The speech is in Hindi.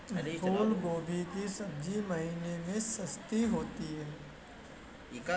फूल गोभी की सब्जी किस महीने में सस्ती होती है?